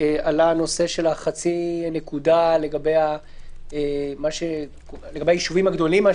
עלה הנושא של חצי נקודה לגבי הישובים הגדולים.